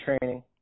training